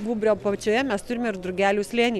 gūbrio apačioje mes turime ir drugelių slėnį